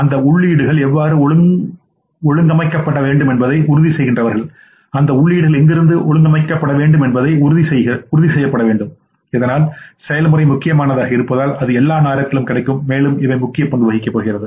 அந்த உள்ளீடுகள் எவ்வாறு ஒழுங்கமைக்கப்பட வேண்டும் என்பதை உறுதிசெய்கிறவர்கள் அந்த உள்ளீடுகள் எங்கிருந்து ஒழுங்கமைக்கப்பட வேண்டும் என்பதை உறுதி செய்ய வேண்டும் இதனால் செயல்முறை முக்கியமானதாக இருப்பதால் அது எல்லா நேரத்திலும் கிடைக்கும் மேலும் இவை முக்கிய பங்கு வகிக்கப் போகிறது